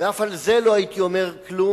ועל אף זה לא הייתי אומר כלום,